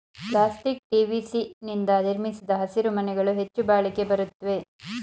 plastic TVC ನಿಂದ ನಿರ್ಮಿಸಿದ ಹಸಿರುಮನೆಗಳು ಹೆಚ್ಚು ಬಾಳಿಕೆ ಬರುತ್ವೆ